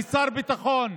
כשר ביטחון,